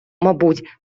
мабуть